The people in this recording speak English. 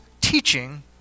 teaching